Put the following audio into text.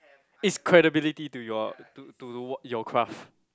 is credibility to your to to your craft